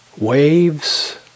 waves